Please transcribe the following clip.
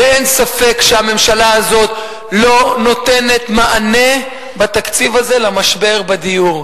אין ספק שהממשלה הזאת לא נותנת מענה בתקציב הזה למשבר בדיור.